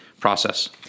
process